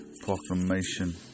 proclamation